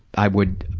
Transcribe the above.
i would